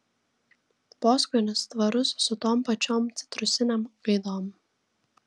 poskonis tvarus su tom pačiom citrusinėm gaidom